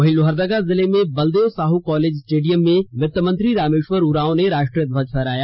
वहीं लोहरदगा जिले में बलदेव साह कॉलेज स्टेडियम में वित मंत्री रामेश्वर उरांव ने राष्ट्रीय ध्वज फहराया